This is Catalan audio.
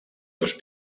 dos